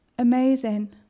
amazing